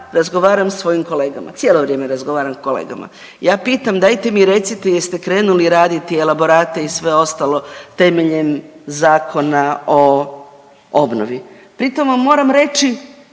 razgovaram sa svojim kolegama, cijelo vrijeme razgovaram s kolegama, ja pitam dajte mi recite jeste krenuli raditi elaborate i sve ostalo temeljem Zakona o obnovi. Pri tom vam moram reći